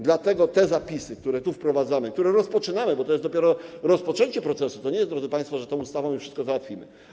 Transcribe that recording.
Dlatego te zapisy, które wprowadzamy - którymi to rozpoczynamy, bo to jest dopiero rozpoczęcie procesu - nie spowodują, drodzy państwo, że tą ustawą już wszystko załatwimy.